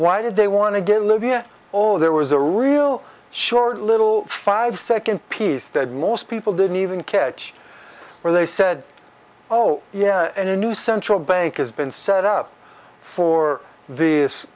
why did they want to get libya over there was a real short little five second piece that most people didn't even catch where they said oh yeah and a new central bank has been set up for th